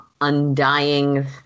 undying